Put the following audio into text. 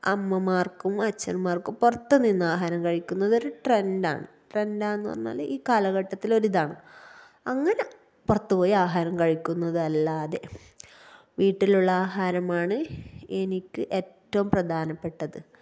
അമ്മമാര്ക്കും അച്ചന്മാര്ക്കും പുറത്ത് നിന്നാഹാരം കഴിക്കുന്നതൊര് ട്രെന്ഡാണ് ട്രെന്ഡ് എന്ന് പറഞ്ഞാല് ഈ കാലഘട്ടത്തിലെ ഒരിതാണ് അങ്ങനെ പുറത്ത് പോയി ആഹാരം കഴിക്കുന്നതല്ലാതെ വീട്ടിലുള്ള ആഹാരമാണ് എനിക്ക് ഏറ്റവും പ്രധാനപ്പെട്ടത്